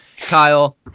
Kyle